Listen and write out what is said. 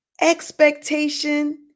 expectation